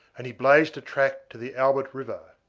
and he blazed a track to the albert river.